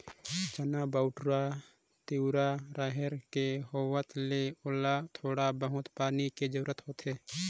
चना, बउटरा, तिंवरा, रहेर के होवत ले ओला थोड़ा बहुत पानी के जरूरत होथे